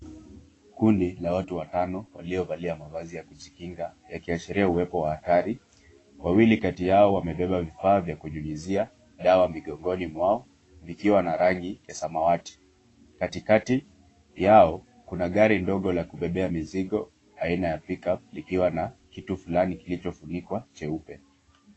Kundi la watu watano waliovalia mavazi ya kujikinga yakiashiria uwepo wa hatari. Wawili kati yao wamebeba vifaa vya kunyunyizia dawa migongoni mwao, vikiwa na rangi ya samawati. Katikati yao kuna gari ndogo la kubebea mizigo aina ya pickup likiwa na kitu fulani kilichofunikwa cheupe.